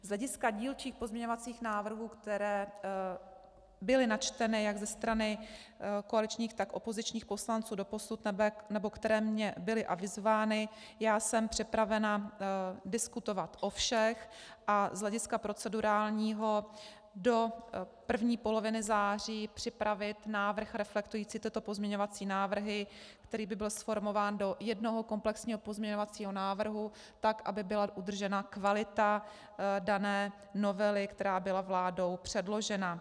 Z hlediska dílčích pozměňovacích návrhů, které byly načteny jak ze strany koaličních, tak opozičních poslanců doposud nebo které mně byly avizovány, jsem připravena diskutovat o všech a z hlediska procedurálního do první poloviny září připravit návrh reflektující tyto pozměňovací návrhy, který by byl zformován do jednoho komplexního pozměňovacího návrhu, tak aby byla udržena kvalita dané novely, která byla vládou předložena.